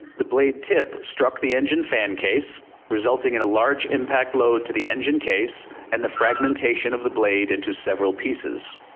the blade tip struck the engine fan case resulting in a large impact load to the engine case and the fragmentation of the blade into several pieces.